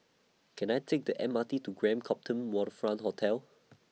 Can I Take The M R T to Grand Copthorne Waterfront Hotel